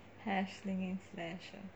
hash slinging slasher